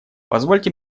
позвольте